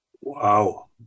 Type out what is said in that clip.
Wow